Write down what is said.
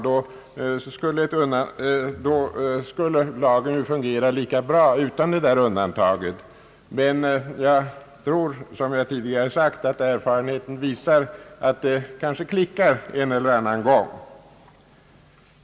Då skulle lagen fungera lika bra ändå. Men erfarenheten visar att det kanske klickar en eller annan gång.